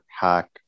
hack